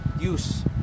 use